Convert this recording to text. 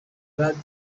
brady